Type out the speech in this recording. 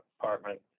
Department